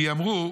כי אמרו"